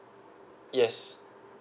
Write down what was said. yes